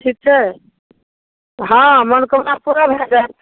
ठीक छै हँ मनोकामना पूरा भए जाएत